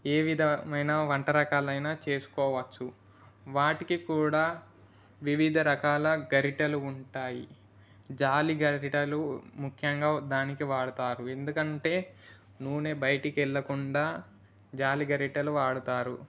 ఏ విధమైన వంట రకాలు అయినా చేసుకోవచ్చు వాటికి కూడా వివిధ రకాల గరిటెలు ఉంటాయి జాలి గరిటెలు ముఖ్యంగా దానికి వాడతారు ఎందుకంటే నూనె బయటికి వెళ్ళకుండా జాలి గరిటెలు వాడతారు